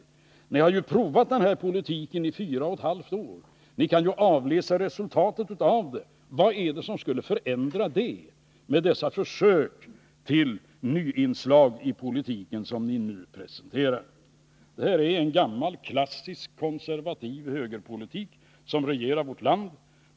Nu har ni, dvs. den borgerliga regeringen, provat den här politiken i 4,5 år, och ni kan avläsa resultatet av den. På vilket sätt skulle det kunna förändras med dessa försök till nya inslag i politiken, som ni nu presenterar? Det är en gammal klassisk, konservativ högerpolitik som regerar vårt land.